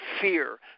fear